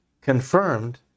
confirmed